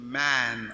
man